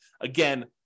Again